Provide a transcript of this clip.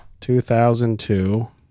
2002